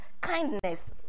kindness